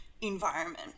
environment